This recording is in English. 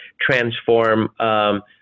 transform